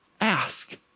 ask